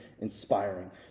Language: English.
inspiring